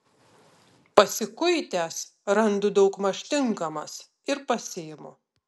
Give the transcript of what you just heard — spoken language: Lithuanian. pasikuitęs randu daugmaž tinkamas ir pasiimu